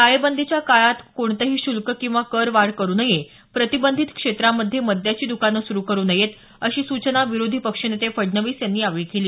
टाळेबंदीच्या या काळात कोणतंही शुल्क किंवा कर वाढ करू नये प्रतिबंधित क्षेत्रामध्ये मद्याची दुकानं सुरू करू नयेत अशी सूचना विरोधी पक्षनेते फडणवीस यांनी यावेळी केली